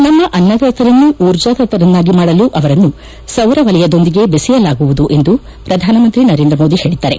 ನಮ್ಮ ಅನ್ನದಾತರನ್ನು ಊರ್ಜಾ ದಾತರನ್ನಾಗಿ ಮಾಡಲು ಅವರನ್ನು ಸೌರವಲಯದೊಂದಿಗೆ ಬೆಸೆಯಲಾಗುವುದು ಎಂದು ಪ್ರಧಾನಮಂತ್ರಿ ನರೇಂದ್ರ ಮೋದಿ ಹೇಳಿದ್ದಾರೆ